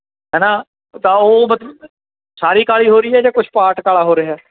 ਹੈ ਨਾ ਤਾਂ ਉਹ ਮਤਲਬ ਸਾਰੀ ਕਾਲੀ ਹੋ ਰਹੀ ਹੈ ਜਾਂ ਕੁਛ ਪਾਰਟ ਕਾਲਾ ਹੋ ਰਿਹਾ